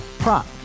Prop